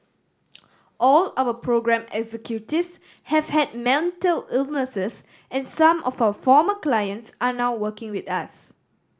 all our programme executives have had mental illnesses and some of our former clients are now working with us